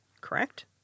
correct